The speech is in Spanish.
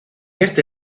este